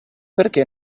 perché